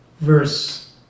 verse